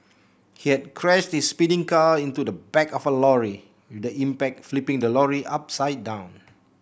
he had crashed his speeding car into the back of a lorry with the impact flipping the lorry upside down